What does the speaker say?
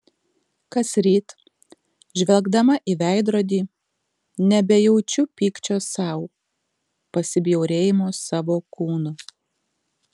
kasryt žvelgdama į veidrodį nebejaučiu pykčio sau pasibjaurėjimo savo kūnu